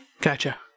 Gotcha